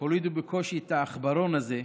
הולידו בקושי את העכברון הזה,